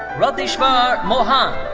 ratheesvar mohan.